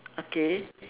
okay